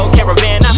Caravan